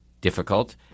difficult